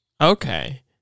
Okay